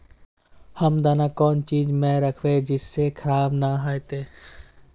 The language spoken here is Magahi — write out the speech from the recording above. हम दाना कौन चीज में राखबे जिससे खराब नय होते?